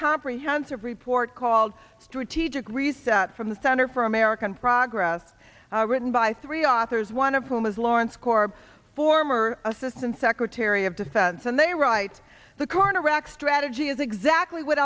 comprehensive report called strategic reset from the center for american progress written by three authors one of whom is lawrence korb former assistant secretary of defense and they write the corner rack strategy is exactly what